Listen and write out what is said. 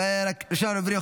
ראשון הדוברים,